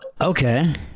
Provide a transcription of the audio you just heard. okay